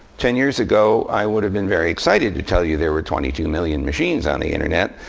ten years ago, i would have been very excited to tell you there were twenty two million machines on the internet.